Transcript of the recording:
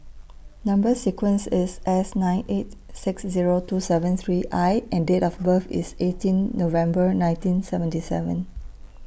Number sequence IS S nine eight six Zero two seven three I and Date of birth IS eighteen November nineteen seventy seven